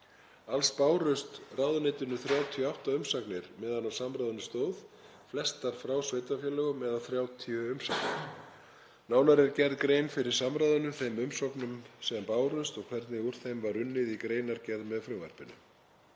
Alls bárust ráðuneytinu 38 umsagnir meðan á samráðinu stóð, flestar frá sveitarfélögum, eða 30 umsagnir. Nánar er gerð grein fyrir samráðinu, þeim umsögnum sem bárust og hvernig úr þeim var unnið í greinargerð með frumvarpinu.